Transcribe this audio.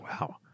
Wow